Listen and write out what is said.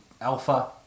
alpha